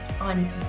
on